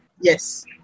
Yes